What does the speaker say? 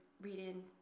reading